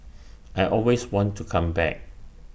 I always want to come back